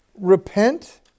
Repent